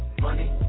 Money